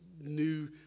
new